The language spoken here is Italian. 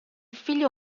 figlio